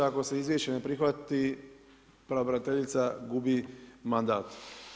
Ako se izvješće ne prihvati pravobraniteljica gubi mandat.